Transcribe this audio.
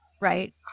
right